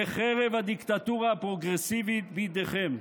וחרב הדיקטטורה הפרוגרסיבית בידיכם.